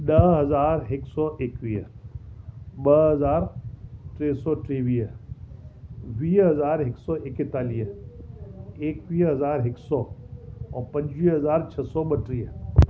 ॾह हज़ार हिक सौ एक्वीह ॿ हज़ार टे सौ टेवीह वीह हज़ार हिक सौ एकतालीह एक्वीह हज़ार हिक सौ ऐं पंजवीह हज़ार छह सौ ॿटीह